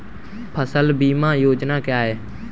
फसल बीमा योजना क्या है?